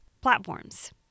platforms